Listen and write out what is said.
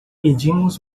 pedimos